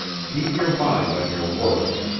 keep your mind on your work.